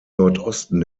nordosten